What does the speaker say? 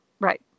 right